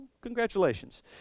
congratulations